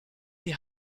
die